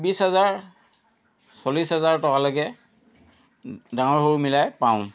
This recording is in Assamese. বিছ হাজাৰ চল্লিছ হাজাৰ টকালৈকে ডাঙৰ সৰু মিলাই পাওঁ